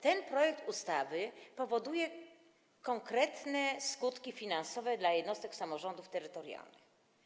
Ten projekt ustawy powoduje konkretne skutki finansowe dla jednostek samorządów terytorialnych.